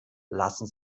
lassen